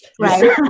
right